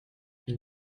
ils